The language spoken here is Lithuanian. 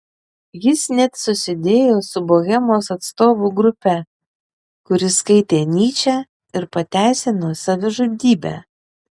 jis net susidėjo su bohemos atstovų grupe kuri skaitė nyčę ir pateisino savižudybę